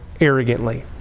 arrogantly